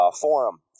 forum